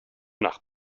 nach